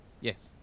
yes